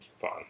fun